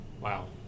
Wow